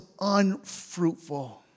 unfruitful